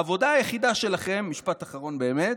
העבודה היחידה שלכם, משפט אחרון באמת,